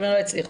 הם לא יצליחו.